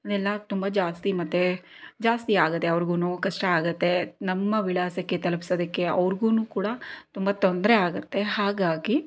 ಎಲ್ಲ ತುಂಬ ಜಾಸ್ತಿ ಮತ್ತೆ ಜಾಸ್ತಿಯಾಗೋದೆ ಅವ್ರಿಗೂ ಕಷ್ಟ ಆಗುತ್ತೆ ನಮ್ಮ ವಿಳಾಸಕ್ಕೆ ತಲುಪಿಸೋದಕ್ಕೆ ಅವ್ರಿಗೂ ಕೂಡ ತುಂಬ ತೊಂದರೆ ಆಗತ್ತೆ ಹಾಗಾಗಿ